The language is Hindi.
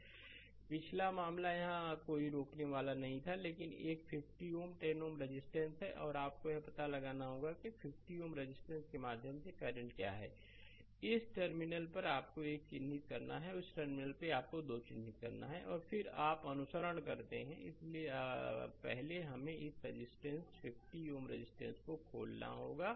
स्लाइड समय देखें 2726 पिछला मामला यहां कोई रोकने वाला नहीं था लेकिन एक 50 Ω 10 Ω रेजिस्टेंस है और आपको यह पता लगाना होगा कि 50 Ω रेजिस्टेंस के माध्यम से करंट क्या है इस टर्मिनल को आप 1 पर चिह्नित करते हैं और इस टर्मिनल को आप 2 पर चिह्नित करते हैं और फिर आप अनुसरण करते हैं और इसलिए पहले हमें इस रेजिस्टेंस 50 Ω रेजिस्टेंस को खोलना होगा